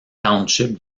township